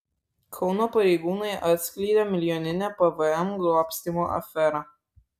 kauno pareigūnai atskleidė milijoninę pvm grobstymo aferą